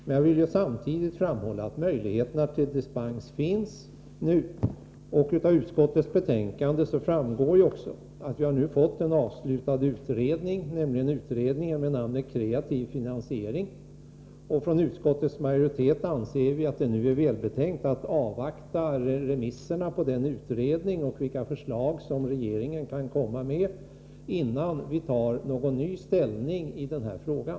Men jag vill samtidigt framhålla att möjligheten till dispens finns nu. Av utskottets betänkande framgår också att en utredning med namnet kreativ finansiering nu har avslutats. Utskottets majoritet anser det välbetänkt att avvakta remissyttrandena på denna utredning och ett förslag från regeringen, innan vi tar någon ny ställning i denna fråga.